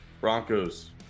Broncos